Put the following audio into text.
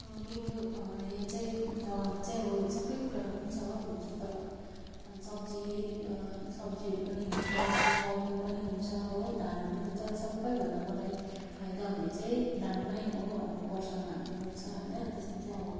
मेरो यहाँ चाहिँ जग्गामा चाहिँ अब सपै कुरा हुन्छ हुनु चाहिँ तर सब्जी सब्जीहरू पनि हुन्छ फलफुल पनि हुन्छ हो धानहरू पनि हुन्छ तर सबैभन्दा मलाई फाइदा हुने चाहिँ धानमै हो अब वर्षमा हामीले रोप्छ होइन त्यसमा चाहिँ अब